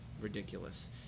ridiculous